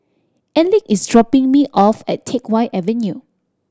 Elick is dropping me off at Teck Whye Avenue